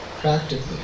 practically